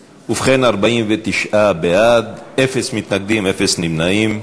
ובכן, 49 בעד, אין מתנגדים, אין נמנעים.